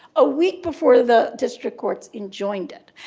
a week before the district court enjoined it,